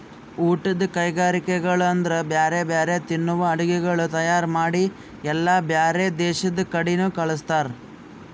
ಊಟದ್ ಕೈಗರಿಕೆಗೊಳ್ ಅಂದುರ್ ಬ್ಯಾರೆ ಬ್ಯಾರೆ ತಿನ್ನುವ ಅಡುಗಿಗೊಳ್ ತೈಯಾರ್ ಮಾಡಿ ಎಲ್ಲಾ ಬ್ಯಾರೆ ದೇಶದ ಕಡಿನು ಕಳುಸ್ತಾರ್